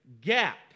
gap